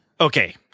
okay